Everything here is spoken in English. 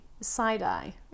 side-eye